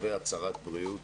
ויביא הצהרת בריאות.